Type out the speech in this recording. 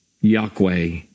Yahweh